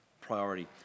priority